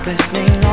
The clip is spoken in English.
Listening